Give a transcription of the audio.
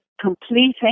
completing